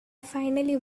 finally